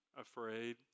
afraid